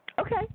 Okay